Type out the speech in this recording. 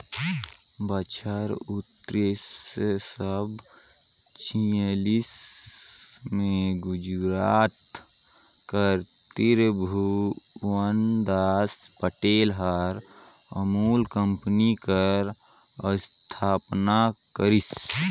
बछर उन्नीस सव छियालीस में गुजरात कर तिरभुवनदास पटेल हर अमूल कंपनी कर अस्थापना करिस